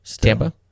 Tampa